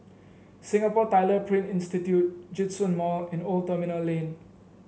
Singapore Tyler Print Institute Djitsun Mall and Old Terminal Lane